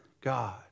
God